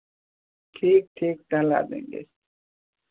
ठीक ठीक टहला देंगे